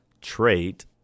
trait